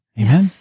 Amen